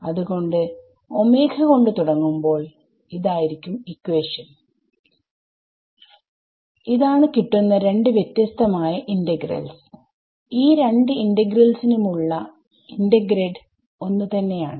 അത്കൊണ്ട് ഒമേഘ കൊണ്ട് തുടങ്ങുമ്പോൾ ഇതാണ് കിട്ടുന്ന രണ്ട് വ്യത്യസ്തമായ ഇന്റഗ്രൽസ്ഈ രണ്ട് ഇന്റഗ്രൽസിനും ഉള്ള ഇന്റഗ്രൻഡ് ഒന്ന് തന്നെയാണ്